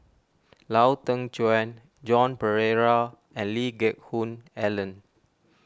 Lau Teng Chuan Joan Pereira and Lee Geck Hoon Ellen